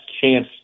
chance